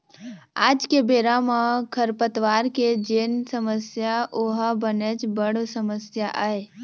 आज के बेरा म खरपतवार के जेन समस्या ओहा बनेच बड़ समस्या आय